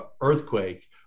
earthquake